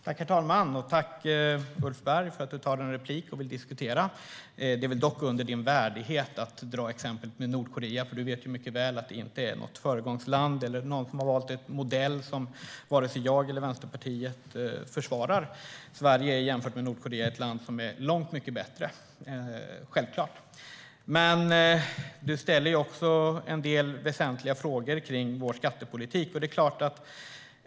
Herr talman! Tack, Ulf Berg, för att du tar replik och vill diskutera. Det är väl dock under din värdighet att ta exemplet med Nordkorea, för du vet ju mycket väl att det inte är något föregångsland eller någon modell som vare sig jag eller Vänsterpartiet försvarar. Sverige är jämfört Nordkorea ett land som är långt mycket bättre, självklart. Du ställer en del väsentliga frågor kring vår skattepolitik.